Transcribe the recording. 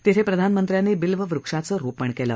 तिथं प्रधानमंत्र्यांनी बिल्ववक्षांचं रोपण केलं